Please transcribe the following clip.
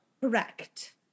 Correct